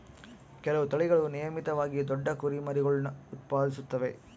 ಕೆಲವು ತಳಿಗಳು ನಿಯಮಿತವಾಗಿ ದೊಡ್ಡ ಕುರಿಮರಿಗುಳ್ನ ಉತ್ಪಾದಿಸುತ್ತವೆ